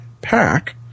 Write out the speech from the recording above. pack